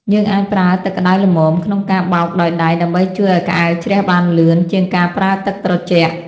យើងអាចប្រើទឹកក្តៅល្មមក្នុងការបោកដោយដៃដើម្បីជួយឱ្យក្អែលជ្រះបានលឿនជាងការប្រើទឹកត្រជាក់។